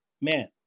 man